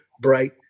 bright